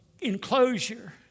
enclosure